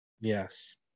Yes